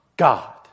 God